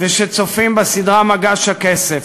וצופים בסדרה "מגש הכסף",